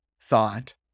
thought